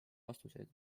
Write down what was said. vastuseid